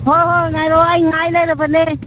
ꯍꯣꯏ ꯍꯣꯏ ꯉꯥꯏꯔꯣ ꯑꯩ ꯉꯥꯏ ꯂꯩꯔꯕꯅꯦ